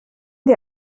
dir